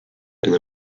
and